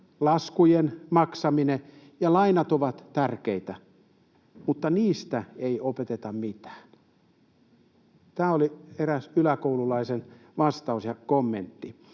laskujen maksaminen ja lainat, ovat tärkeitä, mutta niistä ei opeteta mitään.” Tämä oli eräs yläkoululaisen vastaus ja kommentti.